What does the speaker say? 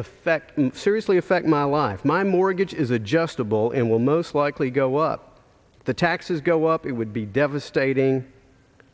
affect and seriously affect my life my mortgage is adjustable and will most likely go up the taxes go up it would be devastating